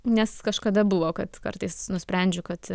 nes kažkada buvo kad kartais nusprendžiu kad